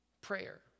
prayer